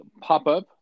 pop-up